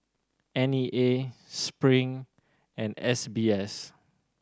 N E A Spring and S B S